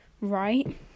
right